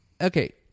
Okay